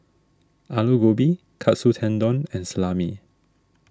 Alu Gobi Katsu Tendon and Salami